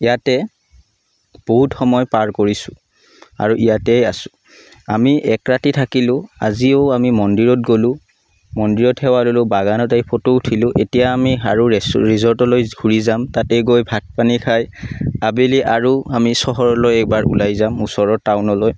ইয়াতে বহুত সময় পাৰ কৰিছোঁ আৰু ইয়াতে আছোঁ আমি এক ৰাতি থাকিলোঁ আজিও আমি মন্দিৰত গ'লোঁ মন্দিৰত সেৱা ল'লোঁ বাগানত আহি ফটো উঠিলোঁ এতিয়া আমি আৰু ৰিজৰ্টলৈ ঘূৰি যাম তাতে গৈ ভাত পানী খাই আবেলি আৰু আমি চহৰলৈ এবাৰ ওলাই যাম ওচৰৰ টাউনলৈ